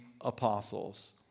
apostles